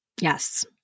Yes